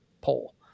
poll